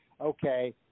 okay